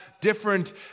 different